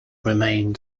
remained